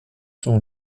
son